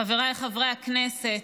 חבריי חברי הכנסת,